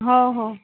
हो हो